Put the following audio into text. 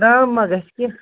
ترٛام ما گَژھِ کیٚنٛہہ